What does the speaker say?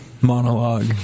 monologue